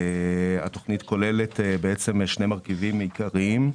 היא כוללת שני מרכיבים עיקריים.